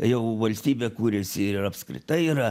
jau valstybė kuriasi ir apskritai yra